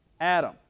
Adam